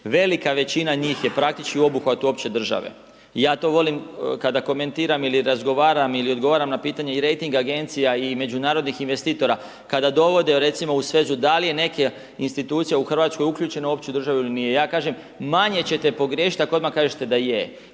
Velika većina njih je praktički u obuhvatu opće države. I ja to volim kada komentiram ili razgovaram ili odgovaram na pitanje i rejting agencija i međunarodnih investitora, kada dovode recimo u svezu da li je neka institucija u Hrvatskoj uključena u opću državu ili nije. Ja kažem manje ćete pogriješiti ako odmah kažete da je.